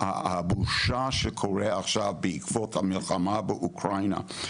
הבושה שיש עכשיו בעקבות המלחמה באוקראינה,